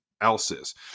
else's